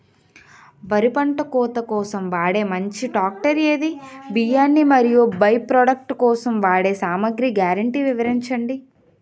వరి పంట కోత కోసం వాడే మంచి ట్రాక్టర్ ఏది? బియ్యాన్ని మరియు బై ప్రొడక్ట్ కోసం వాడే సామాగ్రి గ్యారంటీ వివరించండి?